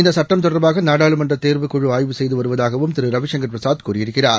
இந்தசட்டம்தொடர்பாகநாடாளுமன்றதேர்வுக்குழுஆய்வு செய்துவருவதாகவும்திரு ரவிசங்கர்பிரசாத்கூறியிருக்கி றார்